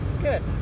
good